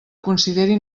consideri